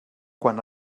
quant